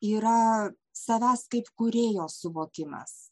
yra savęs kaip kūrėjo suvokimas